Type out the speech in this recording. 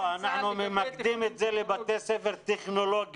לא, אנחנו ממקדים את זה לבתי ספר טכנולוגיים.